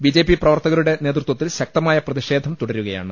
B J P പ്രവർത്തകരുടെ നേതൃത്വത്തിൽ ശക്തമായ പ്രതിഷേധം തുടരുകയാണ്